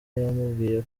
yamubwiye